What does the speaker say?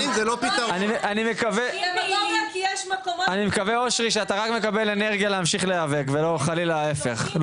אני מקווה אושרי שאתה רק מקבל אנרגיה להמשיך להיאבק ולא חלילה להיפך,